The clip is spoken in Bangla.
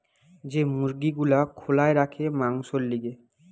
যে মুরগি গুলা খোলায় রাখে মাংসোর লিগে